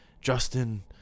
Justin